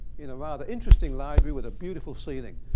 in a rather interesting library with a beautiful ceiling,